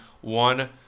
one